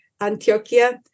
Antioquia